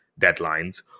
deadlines